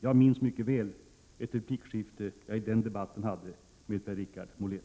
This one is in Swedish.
Jag minns mycket väl ett replikskifte jag hade i den debatten med Per-Richard Molén.